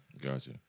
Gotcha